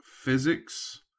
physics